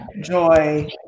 Joy